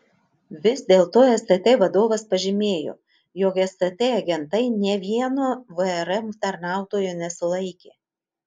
vis dėlto stt vadovas pažymėjo jog stt agentai nė vieno vrm tarnautojo nesulaikė